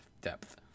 depth